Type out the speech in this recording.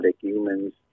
humans